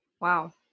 wow